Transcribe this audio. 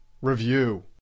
review